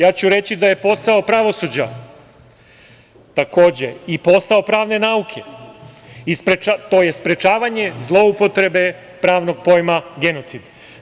Ja ću reći da je posao pravosuđa, takođe i posao pravne nauke, to je sprečavanje zloupotrebe pravnog pojma genocid.